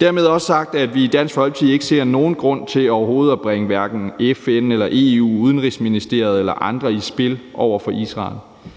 Dermed også sagt, at vi i Dansk Folkeparti ikke ser nogen grund til overhovedet at bringe hverken FN eller EU eller Udenrigsministeriet eller andre i spil over for Israel.